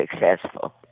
successful